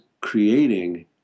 creating